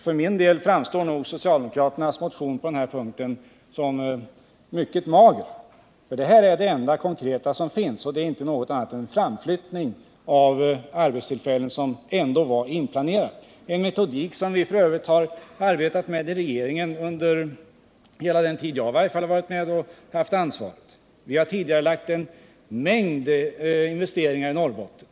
För min del framstår socialdemokraternas motion på den punkten som mycket mager, för det enda konkreta som finns i den innebär inte någonting annat än en tidigareläggning av arbetstillfällen som ändå är inplanerade. Det är f. ö. en metodik som vi inom regeringen sedan länge har arbetat med, i varje fall under hela den tid som jag varit med där och haft ansvaret för dessa frågor. Vi har tidigarelagt en mängd investeringar i Norrbotten.